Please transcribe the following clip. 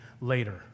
later